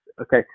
okay